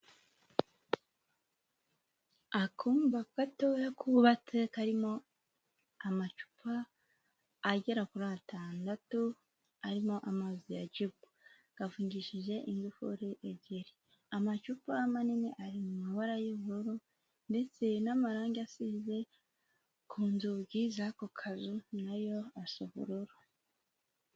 Akumba gatoya kubabatse karimo amacupa agera kuri atandatu arimo amazi ya Jibu, gafungishije ingufuri ebyiri, amacupa manini ari mu mabara y'ubururu ndetse n'amarange asize ku nzugi z'ako kazu nayo asa ubururu.